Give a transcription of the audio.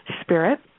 spirit